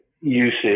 usage